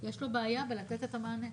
יש לו בעיה בלתת את המענה.